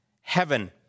Heaven